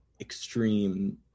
extreme